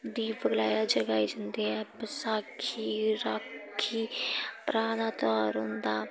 दीपक जलाए जंदे ऐ बसाखी राखी भ्रां दा तेहार होंदा